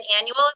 annual